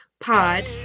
Pod